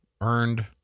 earned